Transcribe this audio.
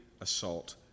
assault